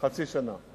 חצי שנה.